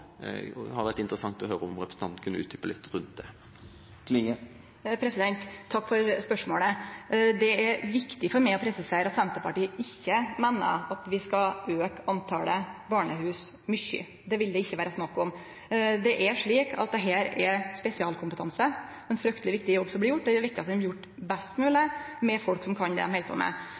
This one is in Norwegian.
vært interessant å høre om representanten kunne utdype det litt. Takk for spørsmålet. Det er viktig for meg å presisere at Senterpartiet ikkje meiner at vi skal auke talet på barnehus mykje. Det vil det ikkje vere snakk om. Det er slik at det her er spesialkompetanse. Det er ein frykteleg viktig jobb som blir gjort, og det er viktig at den blir gjort best mogleg av folk som kan